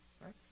right